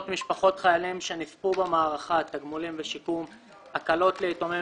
משפחות חיילים שנספו במערכה (תגמולים ושיקום)(הקלות ליתומים